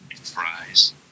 fries